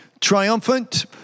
triumphant